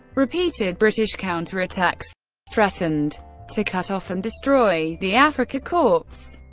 repeated british counterattacks threatened to cut off and destroy the afrika korps.